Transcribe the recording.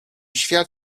świat